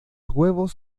huevos